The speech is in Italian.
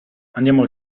andiamo